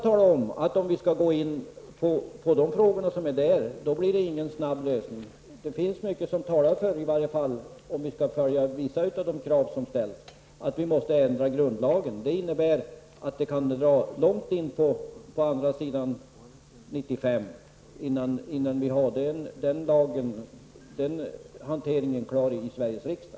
Men om vi skall gå in på de frågor som finns där, då blir det ingen snabb lösning. Det finns mycket som talar för att vi måste ändra grundlagen, i varje fall om vi skall följa vissa av de krav som ställs. Det innebär att det kan gå långt in på 1995 innan vi är klara med hanteringen i Sveriges riksdag.